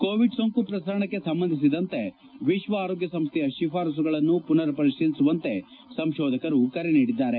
Covid ಸೋಂಕು ಪ್ರಸರಣಕ್ಕೆ ಸಂಬಂಧಿಸಿದಂತೆ ವಿಶ್ವ ಆರೋಗ್ವ ಸಂಸ್ಥೆಯ ಶಿಫಾರಸ್ಸುಗಳನ್ನು ಪುನರ್ ಪರಿಶೀಲಿಸುವಂತೆ ಸಂಶೋಧಕರು ಕರೆ ನೀಡಿದ್ದಾರೆ